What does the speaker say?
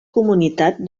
comunitat